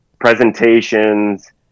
presentations